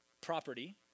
property